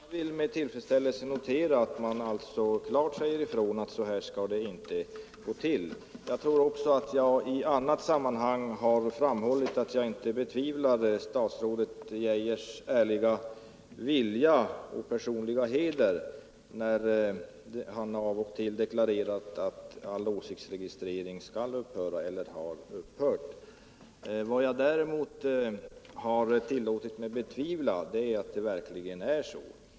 Herr talman! Jag vill med tillfredsställelse notera att man klart säger ifrån att så här skall det inte gå till. Jag har i annat sammanhang framhållit att jag inte betvivlar herr Geijers ärliga vilja och personliga heder när han av och till har deklarerat att all åsiktsregistrering skall upphöra eller har upphört. Vad jag däremot har tillåtit mig betvivla är att det verkligen förhåller sig så.